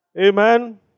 Amen